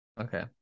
Okay